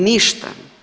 Ništa.